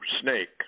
snake